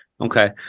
Okay